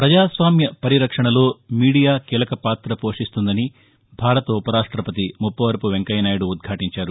ప్రజాస్వామ్య పరిరక్షణలో మీదియా కీలకపాత పోషిస్తుందని భారత ఉపరాష్టపతి ముప్పవరపు వెంకయ్యనాయుడు ఉద్ఘాటించారు